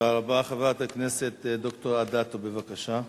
חברת הכנסת ד"ר אדטו, בבקשה.